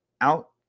Out